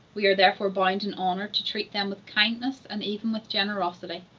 we are therefore bound in honor to treat them with kindness and even with generosity.